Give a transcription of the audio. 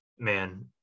Man